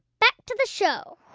back to the show